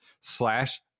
slash